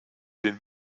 den